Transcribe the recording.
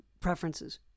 preferences